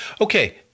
Okay